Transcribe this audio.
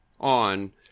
on